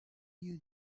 you